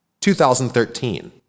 2013